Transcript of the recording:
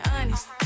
honest